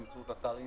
באמצעות אתר אינטרנט,